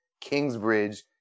Kingsbridge